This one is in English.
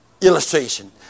illustration